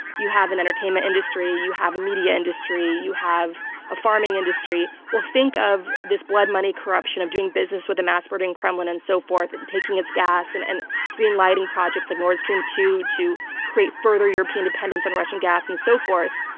you have an entertainment industry. you have a media industry. you have a farming industry. well, think of this blood money corruption of doing business with a mass-murdering kremlin and so forth, and taking its gas, and and greenlighting projects like nord stream two to create further european dependence on russian gas, and so forth,